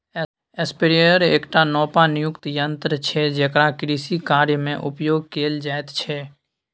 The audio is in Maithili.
स्प्रेयर एकटा नोपानियुक्त यन्त्र छै जेकरा कृषिकार्यमे उपयोग कैल जाइत छै